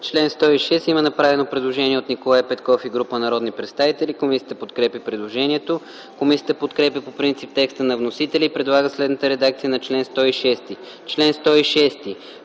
Член 112 – има направено предложение от Николай Петков и група народни представители. Комисията подкрепя предложението. Комисията подкрепя по принцип текста на вносителя и предлага следната редакция на чл. 112: „Чл. 112.